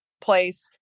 place